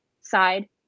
side